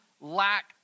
lack